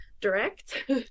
direct